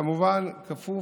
כמובן, כפוף,